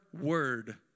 word